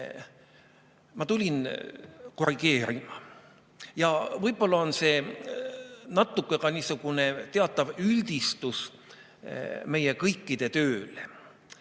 Ma tulin korrigeerima. Ja võib-olla on see natuke ka niisugune teatav üldistus meie kõikide tööle.